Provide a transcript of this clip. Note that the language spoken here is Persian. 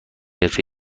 حرفه